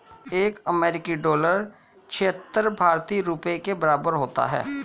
एक अमेरिकी डॉलर छिहत्तर भारतीय रुपये के बराबर होता है